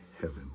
heaven